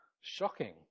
shocking